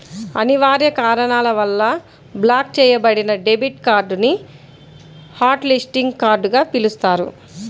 అనివార్య కారణాల వల్ల బ్లాక్ చెయ్యబడిన డెబిట్ కార్డ్ ని హాట్ లిస్టింగ్ కార్డ్ గా పిలుస్తారు